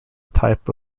type